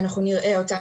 שאנחנו נראה אותם,